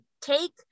take